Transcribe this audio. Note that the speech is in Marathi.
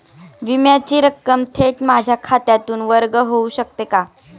विम्याची रक्कम थेट माझ्या खात्यातून वर्ग होऊ शकते का?